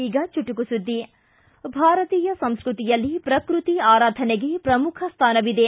ಈಗ ಚುಟುಕು ಸುದ್ದಿ ಭಾರತೀಯ ಸಂಸ್ಕೃತಿಯಲ್ಲಿ ಪ್ರಕೃತಿ ಆರಾಧನೆಗೆ ಪ್ರಮುಖ ಸ್ವಾನವಿದೆ